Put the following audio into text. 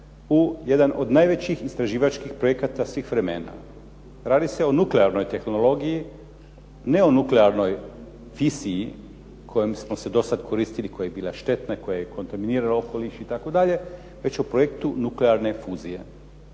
u jedan od najvećih istraživačkih projekata svih vremena. Radi se o nuklearnoj tehnologiji. Ne o nuklearnoj fisiji kojom smo se dosad koristili, koja je bila štetna, koja je kontaminirala okoliš itd., već o projektu nuklearne fuzije.